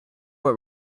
what